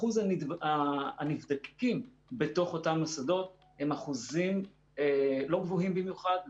אחוז הנבדקים בתוך אותם המוסדות הם אחוזים לא גבוהים במיוחד.